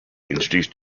introduced